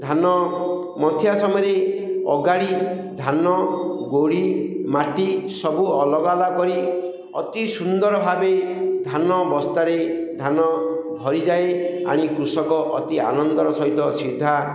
ଧାନ ମନ୍ଥିବା ସମୟରେ ଅଗାଡ଼ି ଧାନ ଗୋଡ଼ି ମାଟି ସବୁ ଅଲଗା ଅଲଗା କରି ଅତି ସୁନ୍ଦର ଭାବେ ଧାନ ବସ୍ତାରେ ଧାନ ଭରିଯାଏ ଆଣି କୃଷକ ଅତି ଆନନ୍ଦର ସହିତ ସିଧା